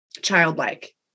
childlike